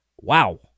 Wow